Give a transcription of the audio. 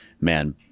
man